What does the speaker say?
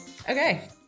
Okay